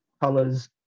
Colors